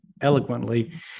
eloquently